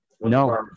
No